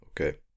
okay